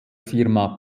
firma